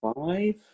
five